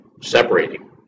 separating